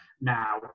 now